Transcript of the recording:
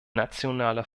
nationaler